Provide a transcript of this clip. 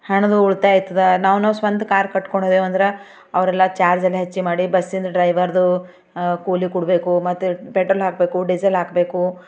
ಹಣದ ಉಳಿತಾಯ ಆಗ್ತದ ನಾವು ನಾವು ಸ್ವಂತ ಕಾರ್ ಕಟ್ಕೊಂಡೊದೇವವು ಅಂದ್ರೆ ಅವರೆಲ್ಲ ಚಾರ್ಜೆಲ್ಲ ಹೆಚ್ಮಾಡಿ ಬಸ್ಸಿಂದ ಡ್ರೈವರ್ದು ಕೂಲಿ ಕೊಡ್ಬೇಕು ಮತ್ತೆ ಪೆಟ್ರೋಲ್ ಹಾಕಬೇಕು ಡಿಸೆಲ್ ಹಾಕಬೇಕು